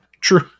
True